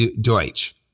Deutsch